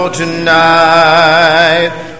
tonight